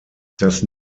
das